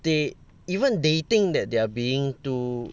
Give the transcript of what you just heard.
they even they think that they're being too